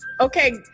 Okay